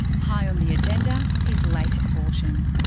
high on the agenda is late abortion.